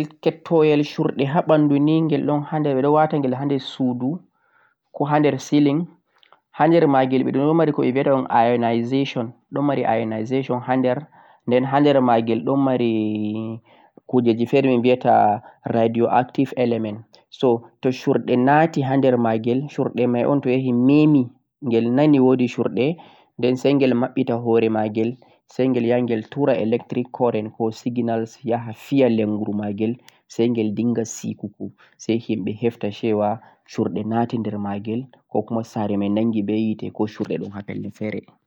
jamgel gyekketoyal haa bandu nei geldon hander don watan haa dengel suudu ko hander ceiling hander maagel don mari ko e'vie wata ironization don mari ironization hander den hander maagel don mari kujeji fere mi viyata radio active element so toh shurde naaki handeer maagel shurdemei o'n toh yaahi neemi gel woodi shurde den sengel babbita hoore maagel sengel yengel tura electric current ko signal yahaa fiya languru maagel sengel dingha siiku-ko sai e heftan cewa shurde naati der maagelko kuma saare be naaghi be hite ko shurde don haader